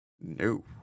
No